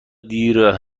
دیر